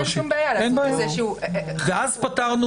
צריך להחליט